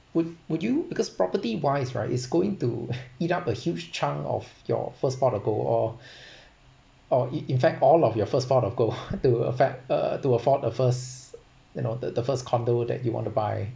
would would you because property wise right it's going to eat up a huge chunk of your first pot of gold or or it in fact all of your first pot of gold to affect uh to afford a first you know the the first condo that you want to buy